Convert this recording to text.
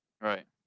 Right